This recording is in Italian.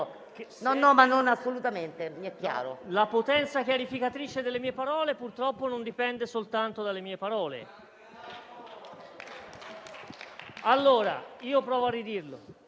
la potenza chiarificatrice delle mie parole purtroppo non dipende soltanto dalle mie parole. Allora, provo a ridirlo.